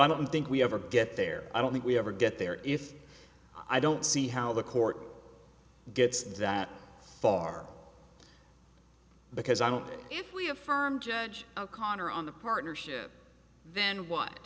i don't think we ever get there i don't think we ever get there if i don't see how the court gets that far because i don't if we affirmed judge o'connor on the partnership then what